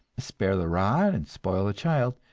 spare the rod and spoil the child,